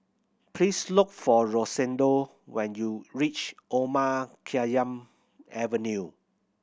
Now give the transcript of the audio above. please look for Rosendo when you reach Omar Khayyam Avenue